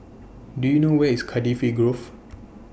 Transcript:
Do YOU know Where IS Cardifi Grove